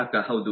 ಗ್ರಾಹಕ ಹೌದು